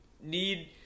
need